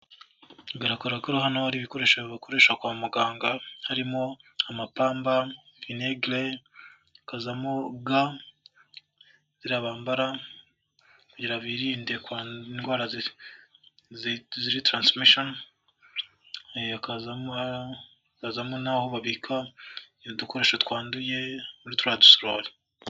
Biragaragara ko hano hari ibikoresho bakoresha kwa muganga, harimo amapamba, vinegire, hakazamo ga ziriya bambara kugirango birinde kwandura indwara ziri transpmation, hakazamo n'aho babika udukoresho twanduye muri turiya dusorori.